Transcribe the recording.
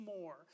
more